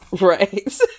right